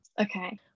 okay